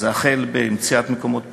החל במציאת מקומות פרנסה,